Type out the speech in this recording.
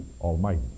Almighty